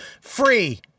free